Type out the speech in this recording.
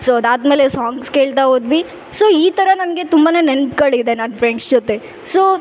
so ಅದಾದ ಮೇಲೆ songs ಕೇಳ್ತಾ ಹೋದ್ವಿ ಸೊ ಈ ಥರ ನನಗೆ ತುಂಬಾನೇ ನೆನಪುಗಳಿದೆ ನಾನು ಫ್ರೆಂಡ್ಸ್ ಜೊತೆ ಸೊ